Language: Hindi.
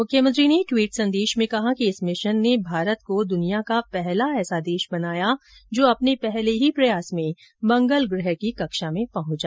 मुख्यमंत्री ने ट्वीट संदेश में कहा कि इस मिशन ने भारत को दुनिया का पहला ऐसा देश बनाया है जो अपने पहले ही प्रयास में मंगल ग्रह की कक्षा में पहुंचा